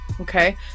Okay